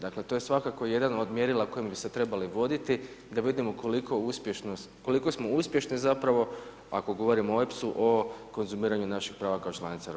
Dakle, to je svakako jedan od mjerila, kojim bi se trebale voditi, te da vidimo koliko smo uspješni zapravo, ako govorimo o EPSU o konzumiranju naših prava kao članica EU.